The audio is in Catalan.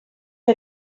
que